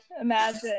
imagine